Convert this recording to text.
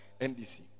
NDC